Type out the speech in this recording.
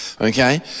Okay